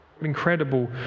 Incredible